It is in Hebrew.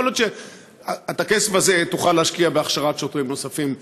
יכול להיות שאת הכסף הזה תוכל להשקיע בהכשרת שוטרים נוספים.